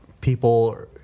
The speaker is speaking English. people